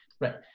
right